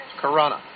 Corona